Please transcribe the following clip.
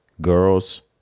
girls